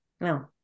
No